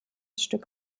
stück